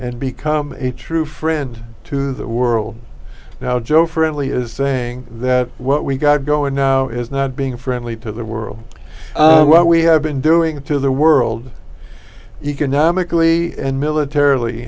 and become a true friend to the world now joe friendly is saying that what we've got going now is not being friendly to the world what we have been doing to the world economically and militarily